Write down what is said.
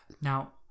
Now